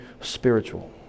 spiritual